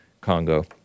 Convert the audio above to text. Congo